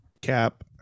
Cap